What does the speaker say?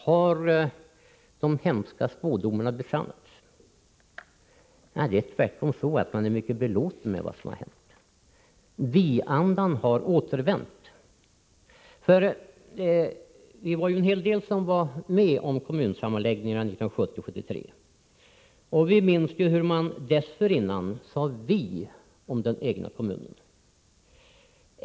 Har de hemska spådomarna besannats? Nej, det är tvärtom så att man är mycket belåten med vad som har hänt. Vi-andan har återvänt. Vi var en hel del som var med om kommunsammanläggningarna 1970-1973, och vi minns hur man dessförinnan sade ”vi” om den egna kommunen.